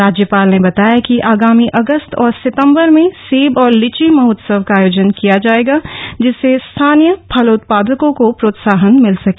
राज्यपाल ने बताया कि आगामी अगस्त और सितम्बर में सेब और लीची महोत्सव का आयोजन किया जायेगा जिससे स्थानीय फलोत्पादकों को प्रोत्साहन मिल सके